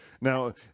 Now